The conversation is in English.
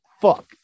Fuck